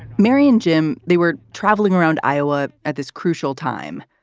mary and jim, they were traveling around iowa at this crucial time.